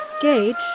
Gage